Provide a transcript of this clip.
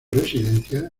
residencia